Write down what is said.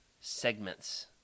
segments